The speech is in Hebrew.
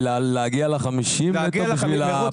בלהגיע ל-50 נטו בשביל הפרוצדורה של הרכב.